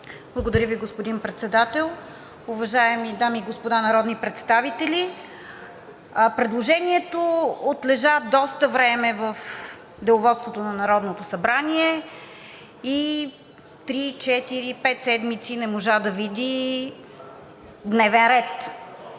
Благодаря Ви, господин Председател. Уважаеми дами и господа народни представители, предложението отлежа доста време в Деловодството на Народното събрание и три, четири, пет седмици не можа да види дневен ред.